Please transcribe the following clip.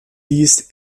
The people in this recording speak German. dies